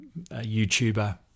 YouTuber